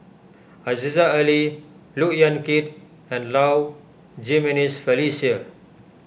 Aziza Ali Look Yan Kit and Low Jimenez Felicia